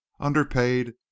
underpaid